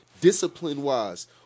Discipline-wise